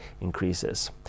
increases